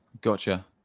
Gotcha